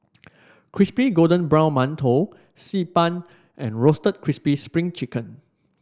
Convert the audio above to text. Crispy Golden Brown Mantou Xi Ban and Roasted Crispy Spring Chicken